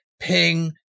ping